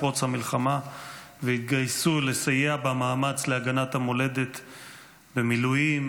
פרוץ המלחמה והתגייסו לסייע במאמץ להגנת המולדת במילואים,